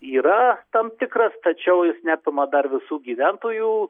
yra tam tikras tačiau jis neapima dar visų gyventojų